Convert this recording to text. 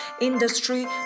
industry